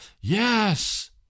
Yes